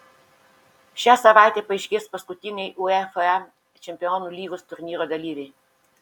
šią savaitę paaiškės paskutiniai uefa čempionų lygos turnyro dalyviai